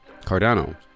Cardano